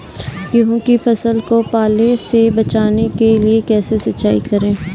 गेहूँ की फसल को पाले से बचाने के लिए कैसे सिंचाई करें?